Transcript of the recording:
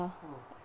apa